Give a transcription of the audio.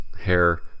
hair